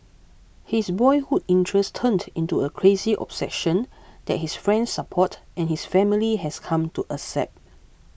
his boyhood interest turned into a crazy obsession that his friends support and his family has come to accept